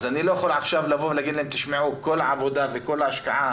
אז אני לא יכול עכשיו להגיד להם שכל העבודה וכל ההשקעה